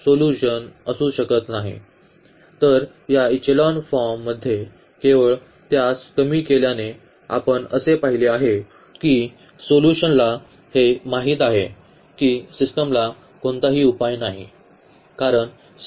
तर या इचेलॉन फॉर्ममध्ये केवळ त्यास कमी केल्याने आपण असे पाहिले आहे की सोल्यूशनला हे माहित आहे की सिस्टमला कोणताही उपाय नाही